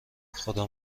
خدا